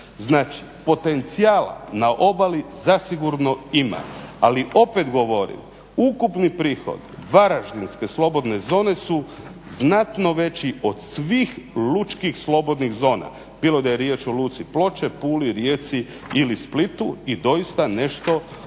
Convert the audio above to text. Znači, potencijala na obali zasigurno ima. Ali opet govorim ukupni prihod Varaždinske slobodne zone su znatno veći od svih lučkih slobodnih zona bilo da je riječ o Luci Ploče, Puli, Rijeci ili Splitu i doista nešto ovaj